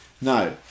No